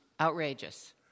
Outrageous